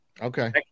Okay